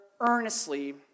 earnestly